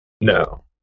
No